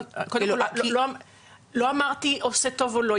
קודם כל, לא אמרתי אם זה עושה טוב או לא.